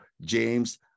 James